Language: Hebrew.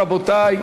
רבותי.